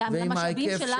למשאבים שלנו?